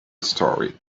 story